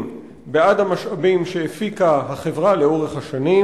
בעד המשאבים שהפיקה החברה לאורך השנים?